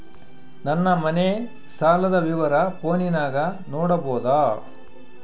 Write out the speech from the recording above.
ನನ್ನ ಮನೆ ಸಾಲದ ವಿವರ ಫೋನಿನಾಗ ನೋಡಬೊದ?